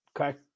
Okay